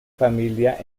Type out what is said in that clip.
familia